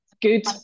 good